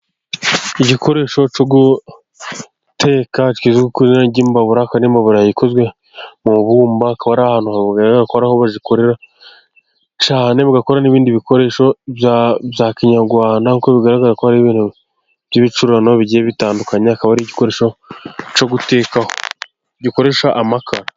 Igikoresho cyo guteka kizwi ku izina ry'imbabura, kandi imbabura ikaba ikozwe mu ibumba, hakaba hari ahantu bigaragara ko ari aho bazikorera cyane, bagakora n'ibindi bikoresho bya kinyarwanda kuko bigaragara ko ari ibintu by'ibicurano bigiye bitandukanye, kikaba ari igikoresho cyo gutekaho gikoresha amakara.